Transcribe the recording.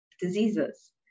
diseases